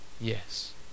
Yes